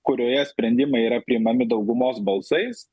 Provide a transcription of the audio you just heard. kurioje sprendimai yra priimami daugumos balsais